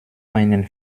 einen